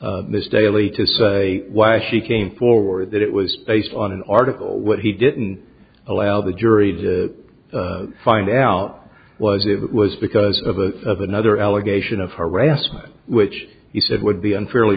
this daily to say why she came forward that it was based on an article what he didn't allow the jury to find out was it was because of a of another allegation of harassment which he said would be unfairly